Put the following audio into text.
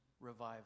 revival